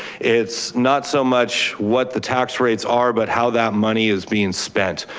it's not so much what the tax rates are, but how that money is being spent.